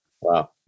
wow